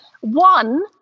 one